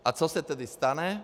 A co se tedy stane?